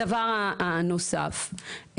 דבר נוסף,